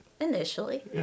Initially